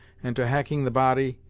and to hacking the body,